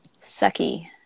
Sucky